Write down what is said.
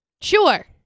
Sure